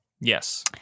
Yes